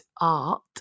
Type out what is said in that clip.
Art